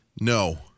No